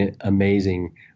amazing